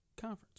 conference